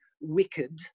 wicked